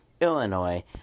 Illinois